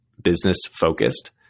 business-focused